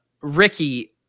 Ricky